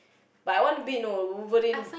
but I want to be no Wolverine